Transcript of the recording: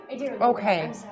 Okay